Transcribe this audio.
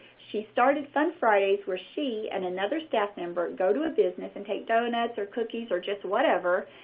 she started fun fridays, where she and another staff member go to a business and take donuts or cookies or just whatever,